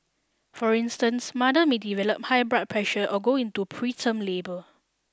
for instance mother may develop high blood pressure or go into preterm labour